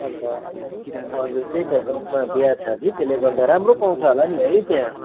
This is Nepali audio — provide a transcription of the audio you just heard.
अन्त हजुर त्यही त गाउँमा बिहा छ कि त्यसले गर्दा राम्रो पाउँछ होला नि है त्यहाँ